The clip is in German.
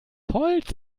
holz